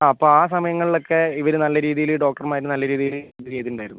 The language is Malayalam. ആ അപ്പം ആ സമയങ്ങളിൽ ഒക്കെ ഇവർ നല്ല രീതിയിൽ ഡോക്ടർമാർ നല്ല രീതിയിൽ ഇത് ചെയ്തിട്ടുണ്ടായിരുന്നു